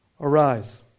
Arise